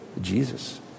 Jesus